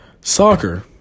soccer